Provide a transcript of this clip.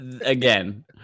Again